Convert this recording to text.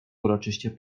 uroczyście